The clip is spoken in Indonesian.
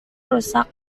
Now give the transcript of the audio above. rusak